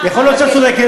יכול להיות שאת צודקת.